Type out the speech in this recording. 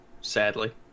sadly